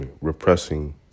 repressing